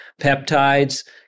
peptides